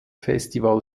festival